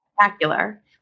spectacular